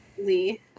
Lee